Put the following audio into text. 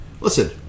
Listen